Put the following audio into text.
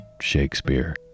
Shakespeare